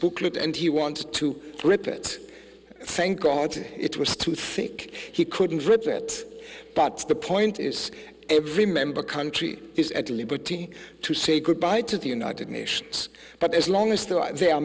booklet and he wanted to rip it thank god it was too thick he couldn't repair it but the point is every member country is at liberty to say goodbye to the united nations but as long as there are